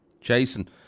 Jason